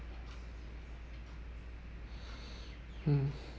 mm